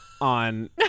on